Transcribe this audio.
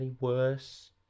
worse